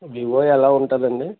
Vivo ఎలా ఉంటుంది అండి